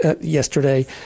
yesterday